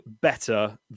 better